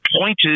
pointed